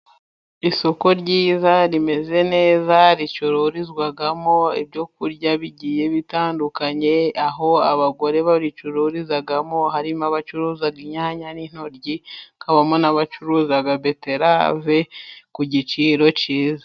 Isoko ryiza rimeze neza ricururizwamo ibyo kurya bigiye bitandukanye aho abagore baricururizamo, harimo abacuruza inyanya n'intoryi, hakabamo n'abacuruza beterave ku giciro cyiza.